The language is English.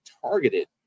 targeted